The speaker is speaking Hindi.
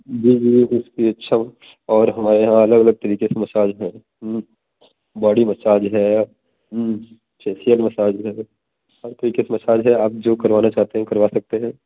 जी जी जिसकी इच्छा और हमारे यहाँ अलग अलग तरीके की मसाज है बॉडी मसाज है फेसियल मसाज है आप जो करवाना चाहते हैं करवा सकते हैं